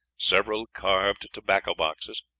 several carved tobacco boxes,